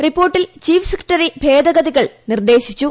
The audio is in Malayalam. റിപ്പോർട്ടിൽ ചീഫ് സെക്രട്ടറി ഭേദഗതികൾ നിർദ്ദേശിച്ചു